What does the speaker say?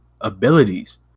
abilities